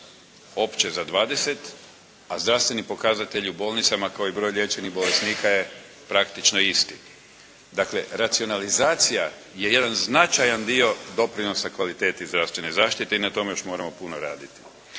opće za 20 a zdravstveni pokazatelji u bolnicama koje broj liječenih bolesnika praktično isti. Dakle, racionalizacija je jedan značajan dio doprinosa kvaliteti zdravstvene zaštite i na tome moramo još puno raditi.